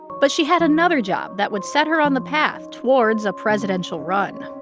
but she had another job that would set her on the path towards a presidential run